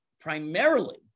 primarily